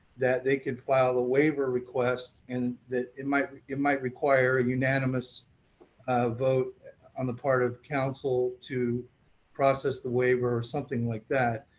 they could file a waiver request and that it might it might require unanimous vote on the part of council to process the waiver or something like that.